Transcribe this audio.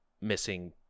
missing